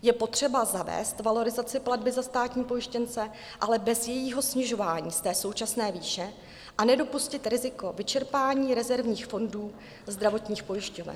Je potřeba zavést valorizaci platby za státní pojištěnce, ale bez jejího snižování z té současné výše, a nedopustit riziko vyčerpání rezervních fondů zdravotních pojišťoven.